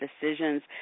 decisions